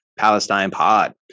palestinepod